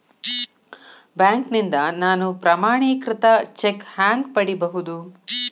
ಬ್ಯಾಂಕ್ನಿಂದ ನಾನು ಪ್ರಮಾಣೇಕೃತ ಚೆಕ್ ಹ್ಯಾಂಗ್ ಪಡಿಬಹುದು?